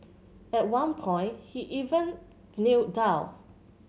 at one point he even Kneel down